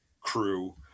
Crew